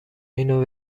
اینو